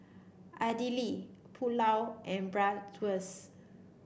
Idili Pulao and Bratwurst